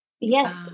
Yes